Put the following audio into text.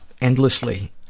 endlessly